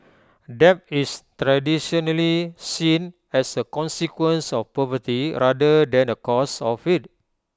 debt is traditionally seen as A consequence of poverty rather than A cause of IT